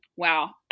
Wow